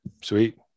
Sweet